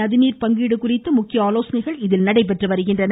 நதிநீர் பங்கீடு குறித்து முக்கிய ஆலோசனைகள் இதில் நடைபெற்று வருகின்றன